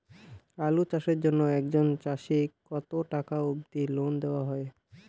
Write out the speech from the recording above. আলু চাষের জন্য একজন চাষীক কতো টাকা অব্দি লোন দেওয়া হয়?